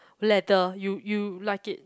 leather you you like it